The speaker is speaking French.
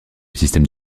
système